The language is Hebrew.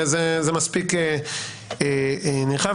זה מספיק נרחב,